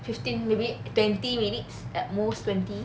fifteen maybe twenty minutes at most twenty